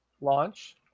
launch